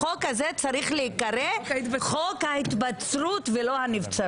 החוק הזה צריך להיקרא חוק ההתבצרות ולא הנבצרות.